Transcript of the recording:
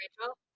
Rachel